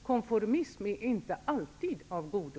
Konformism är inte alltid av godo.